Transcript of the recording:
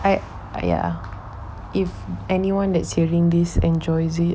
I !aiya! if anyone that hearing this enjoys it